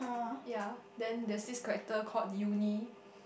ya then there's this character called Yuni